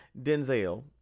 Denzel